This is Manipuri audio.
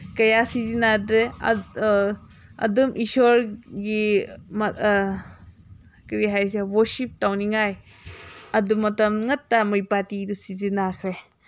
ꯀꯌꯥ ꯁꯤꯖꯤꯟꯅꯗ꯭ꯔꯦ ꯑꯗꯨꯝ ꯏꯁꯣꯔꯒꯤ ꯀꯔꯤ ꯍꯥꯏꯁꯤꯔꯥ ꯋꯔꯁꯤꯞ ꯇꯧꯅꯤꯉꯥꯏ ꯑꯗꯨ ꯃꯇꯝ ꯅꯠꯇ ꯃꯩꯕꯥꯇꯤꯗꯨ ꯁꯤꯖꯤꯟꯅꯈ꯭ꯔꯦ